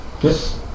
Yes